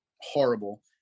horrible